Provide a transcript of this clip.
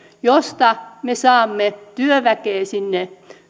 joista me saamme työväkeä sinne